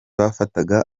bafataga